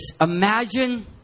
Imagine